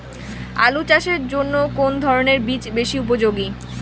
আলু চাষের জন্য কোন ধরণের বীজ বেশি উপযোগী?